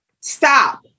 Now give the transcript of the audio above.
stop